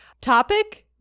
Topic